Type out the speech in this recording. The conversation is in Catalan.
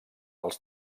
els